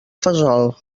fesol